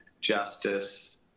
justice